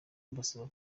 mbasaba